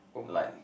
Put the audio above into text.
[oh]-my